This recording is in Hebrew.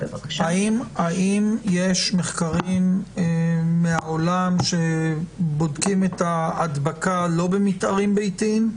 האם יש מחקרים בעולם שבודקים את ההדבקה לא במתארים ביתיים?